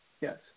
Yes